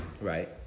right